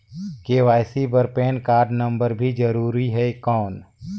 KYC बर PAN card number भी जरूरी हे कौन?